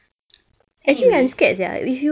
anyway